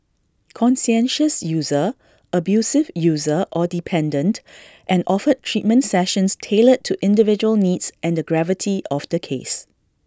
conscientious user abusive user or dependent and offered treatment sessions tailored to individual needs and the gravity of the case